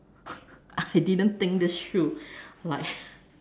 I didn't think this through like